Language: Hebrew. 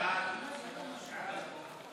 ההוצאה לפועל (תיקון, ביטול הגבלת